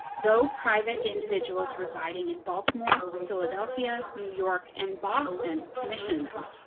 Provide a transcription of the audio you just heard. though private individuals residing in baltimore, philadelphia, new york and boston commission them.